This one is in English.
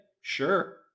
Sure